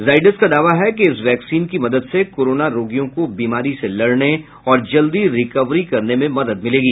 जाइडस का दावा है कि इस वैक्सीन की मदद से कोरोना रोगियों को बीमारी से लड़ने और जल्दी रिकवरी करने में मदद मिलेगी